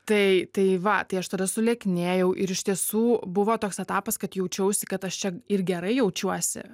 tai tai va tai aš tada sulieknėjau ir iš tiesų buvo toks etapas kad jaučiausi kad aš čia ir gerai jaučiuosi